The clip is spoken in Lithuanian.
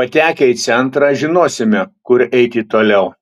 patekę į centrą žinosime kur eiti toliau